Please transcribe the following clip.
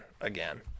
again